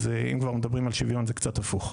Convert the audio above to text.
אז אם כבר מדברים על שוויון זה קצת הפוך.